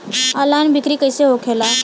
Online बिक्री कैसे होखेला?